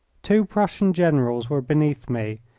two prussian generals were beneath me,